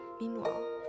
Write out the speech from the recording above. Meanwhile